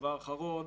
הדבר האחרון.